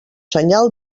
senyal